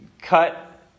cut